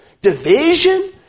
division